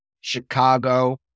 Chicago